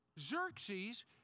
Xerxes